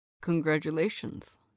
Congratulations